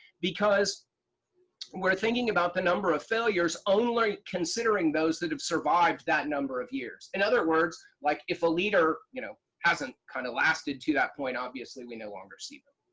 because we're thinking about the number of failures only considering those that have survived that number of years. in other words, like if a leader, you know, hasn't kind of lasted to that point obviously we no longer see them.